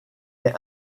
est